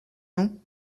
nous